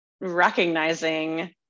recognizing